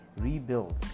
rebuild